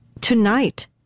Tonight